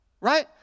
Right